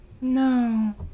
no